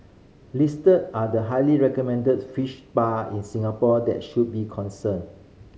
listed are the highly recommended fish spa in Singapore that should be concerned